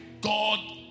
God